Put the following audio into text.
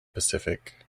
pacific